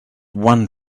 one